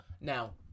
Now